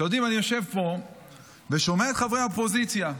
אני יושב פה ושומע את חברי האופוזיציה,